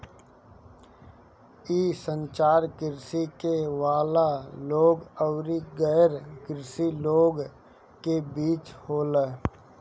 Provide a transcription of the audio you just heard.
इ संचार कृषि करे वाला लोग अउरी गैर कृषि लोग के बीच होला